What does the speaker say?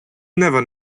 never